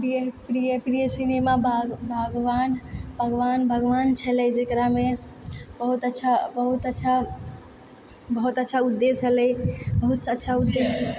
प्रिय प्रिय प्रिय सिनेमा बाग बागवान बागवान बागवान छलै जकरामे बहुत अच्छा बहुत अच्छा बहुत अच्छा उदेश्य हलै बहुत अच्छा उदेश्य